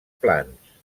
plans